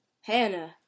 Hannah